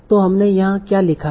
तो हमने यहाँ क्या लिखा है